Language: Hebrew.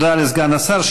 תודה לסגן השר.